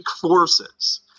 forces